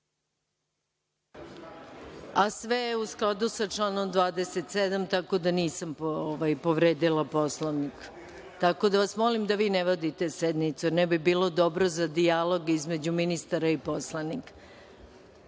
Sve je u skladu sa članom 27, tako da nisam povredila Poslovnik, tako da vas molim da vi ne vodite sednicu, ne bi bilo dobro za dijalog između ministara i poslanika.(Nemanja